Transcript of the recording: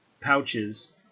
pouches